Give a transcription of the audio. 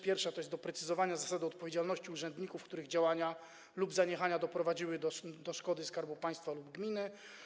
Pierwsza to jest doprecyzowanie zasady odpowiedzialności urzędników, których działania lub zaniechania doprowadziły do szkody Skarbu Państwa lub gminy.